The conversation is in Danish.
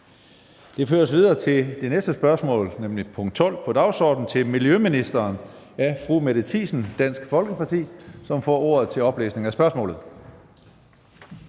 Det fører os videre til det næste spørgsmål, nemlig spørgsmål nr. 12 på dagsordenen, til miljøministeren af fru Mette Thiesen, Dansk Folkeparti, som får ordet til oplæsning af spørgsmålet.